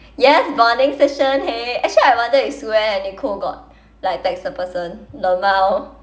yes bonding session !hey! actually I wonder if sue anne and nicole got like text the person lmao